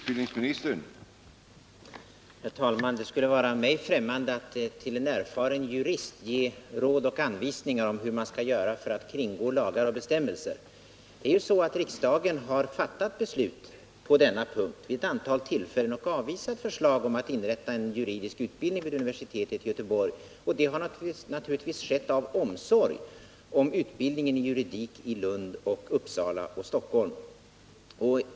Herr talman! Det skulle vara mig främmande att till en erfaren jurist ge råd och anvisningar om hur man skall göra för att kringgå lagar och bestämmelser. Det är ju så att riksdagen har fattat beslut på denna punkt vid ett antal tillfällen och avvisat förslag om att inrätta juridikutbildning vid universitetet i Göteborg. Det har naturligtvis skett av omsorg om utbildningen i juridik i Lund, Uppsala och Göteborg.